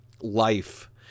life